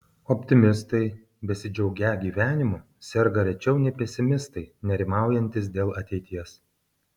optimistai besidžiaugią gyvenimu serga rečiau nei pesimistai nerimaujantys dėl ateities